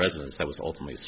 residence that was ultimately